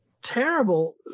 terrible